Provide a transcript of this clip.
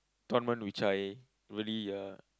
tournament which I really uh